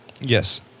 Yes